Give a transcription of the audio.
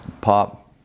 pop